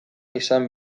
izan